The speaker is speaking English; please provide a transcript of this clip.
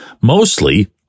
mostly